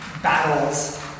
battles